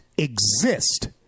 exist